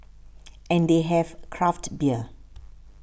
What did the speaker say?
and they have craft beer